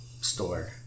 store